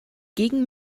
gegen